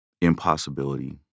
impossibility